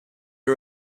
the